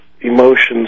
emotions